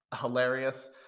hilarious